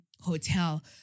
hotel